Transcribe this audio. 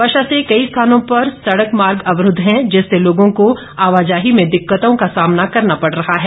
वर्षा से कई स्थानों पर सड़क मार्ग अवरूद्व हैं जिससे लोगों को आवाजाही में दिक्कतों का सामना करना पड़ रहा है